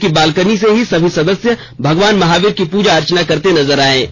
घर की बालकनी से ही सभी सदस्य भगवान महावीर की पूजा अर्चना करते नजर आए